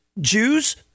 Jews